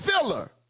Filler